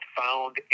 found